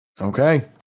Okay